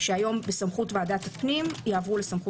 שהיום בסמכות ועדת הפנים,